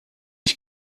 ich